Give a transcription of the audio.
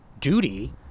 duty